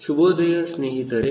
ಶುಭೋದಯ ಸ್ನೇಹಿತರೆ